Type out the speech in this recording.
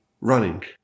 running